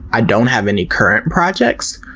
i don't have any current projects,